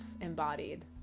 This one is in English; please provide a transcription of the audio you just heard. embodied